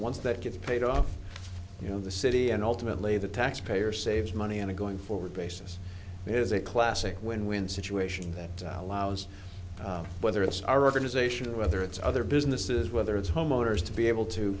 ones that get paid off you know the city and ultimately the taxpayer saves money on a going forward basis is a classic win win situation that allows whether it's our organization whether it's other businesses whether it's home owners to be able to